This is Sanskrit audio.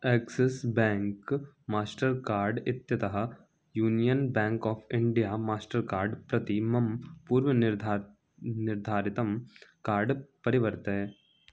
आक्सिस् बेङ्क् मास्टर् कार्ड् इत्यतः Union Bank of India Mastercard प्रति मं पूर्वनिर्धात् निर्धारितं कार्ड् परिवर्तय